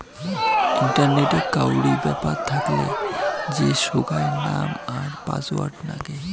ইন্টারনেটে কাউরি ব্যাপার থাকলে যে সোগায় নাম আর পাসওয়ার্ড নাগে